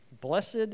Blessed